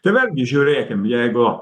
tai vėlgi žiūrėkim jeigu